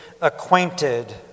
acquainted